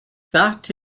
that